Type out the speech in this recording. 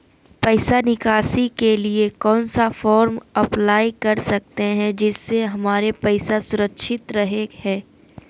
पैसा निकासी के लिए कौन सा फॉर्म अप्लाई कर सकते हैं जिससे हमारे पैसा सुरक्षित रहे हैं?